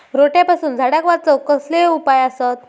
रोट्यापासून झाडाक वाचौक कसले उपाय आसत?